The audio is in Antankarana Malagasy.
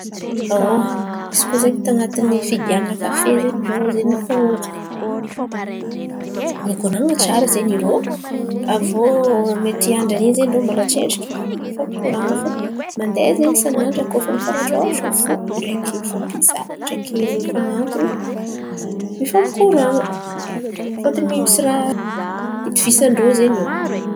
Koa zen̈y tan̈atiny fingian̈a kafe zen̈y irô ô zen̈y fanojy, mikoran̈a tsara zen̈y irô. Avô mety andra ny in̈y izen̈y irô mety tsy fampikoran̈a fa mandeha zen̈y isan'andra. Koa fa fampitrotro fo, ndreky fampizaha, ndreky mifan̈aton̈o, mifampikoran̈a, fôtiny misy raha hitovizan-drô zen̈y ô.